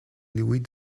louis